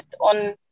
on